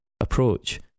approach